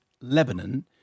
Lebanon